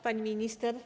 Pani Minister!